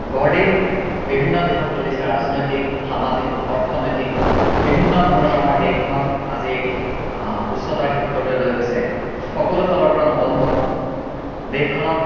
গঢ় দি বিভিন্ন দিশত তোলিছে ৰাজনৈতিক সামাজিক অৰ্থনৈতিক বিভিন্ন ধৰণত আমাৰ দেশখনক আজি উচ্চতাৰ শিখৰলৈ লৈ গৈছে সকলো ফালৰ পৰা নদন বদন দেশখনক